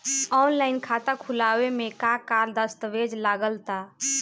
Online खाता खूलावे म का का दस्तावेज लगा ता?